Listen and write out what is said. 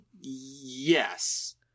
Yes